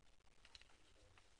הישיבה